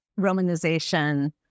romanization